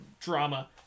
drama